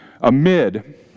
amid